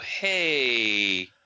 hey